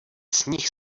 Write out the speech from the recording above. sníh